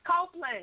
Copeland